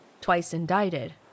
twice-indicted